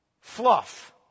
fluff